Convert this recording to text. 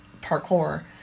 parkour